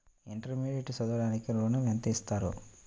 Intermediate చదవడానికి ఋణం ఎంత ఇస్తారు?